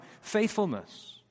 faithfulness